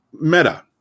meta